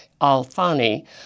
al-Fani